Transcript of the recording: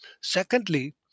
secondly